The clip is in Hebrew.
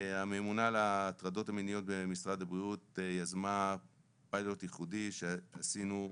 הממונה על ההטרדות המיניות במשרד הבריאות יזמה פיילוט ייחודי שעשינו,